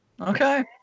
Okay